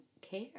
care